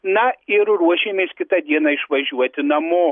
na ir ruošiamės kitą dieną išvažiuoti namo